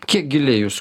kiek giliai jūs